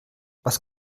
was